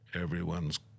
Everyone's